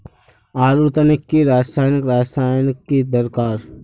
आलूर तने की रासायनिक रासायनिक की दरकार?